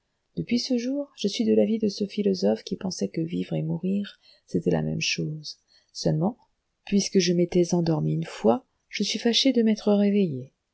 depuis ce jour je suis de l'avis de ce philosophe qui pensait que vivre et mourir c'était même chose seulement puisque je m'étais endormi une fois je suis fâché de m'être réveillé